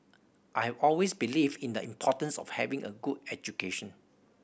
I have always believed in the importance of having a good education